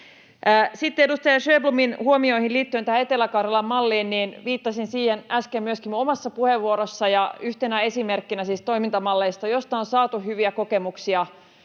edustaja Sjöblomin huomioihin liittyen tähän Etelä-Karjalan malliin: Viittasin siihen äsken myöskin omassa puheenvuorossani, siis yhtenä esimerkkinä toimintamalleista, joista on saatu hyviä kokemuksia